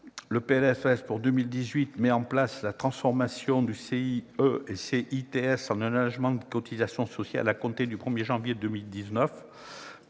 sociale pour 2018 met en place la transformation du CICE et du CITS en allégement des cotisations sociales, à compter du 1 janvier 2019.